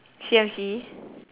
C_M_C